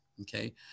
Okay